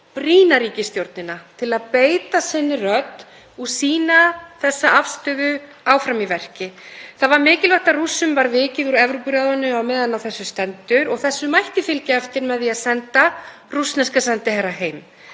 brýna ríkisstjórnina til að beita rödd sinni og sýna þessa afstöðu áfram í verki. Það var mikilvægt að Rússum var vikið úr Evrópuráðinu á meðan á þessu stendur og þessu mætti fylgja eftir með því að senda rússneska sendiherrann heim